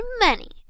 money